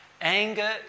Anger